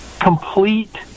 complete